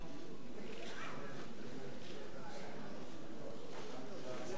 עצרת זיכרון,